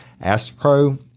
AstroPro